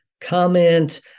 comment